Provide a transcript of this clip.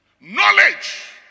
Knowledge